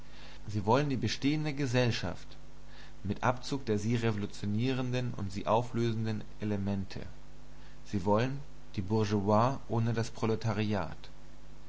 sie wollen die bestehende gesellschaft mit abzug der sie revolutionierenden und sie auflösenden elemente sie wollen die bourgeoisie ohne das proletariat